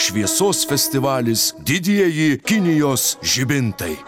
šviesos festivalis didieji kinijos žibintai